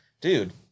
dude